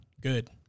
good